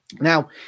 Now